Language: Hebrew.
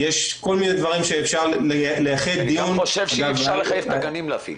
אני לא בטוח שזאת הזירה המדויקת לפתוח את זה.